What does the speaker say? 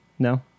No